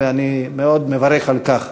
ואני מאוד מברך על כך.